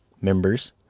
members